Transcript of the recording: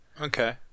Okay